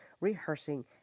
rehearsing